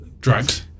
drugs